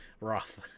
rough